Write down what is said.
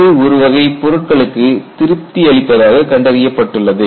இது ஒரு வகை பொருட்களுக்கு திருப்தி அளிப்பதாகக் கண்டறியப்பட்டுள்ளது